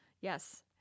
Yes